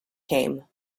came